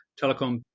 Telecom